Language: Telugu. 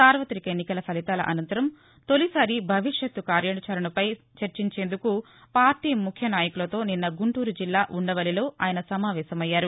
సార్వతిక ఎన్నికల ఫలితాల అసంతరం తౌలిసారి భవిష్యత్తు కార్యాచరణపై చర్చించేందుకు పార్టీ ముఖ్యనాయకులతో నిన్న గుంటూరు జిల్లా ఉండవల్లిలో ఆయన సమావేశమయ్యారు